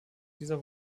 dieser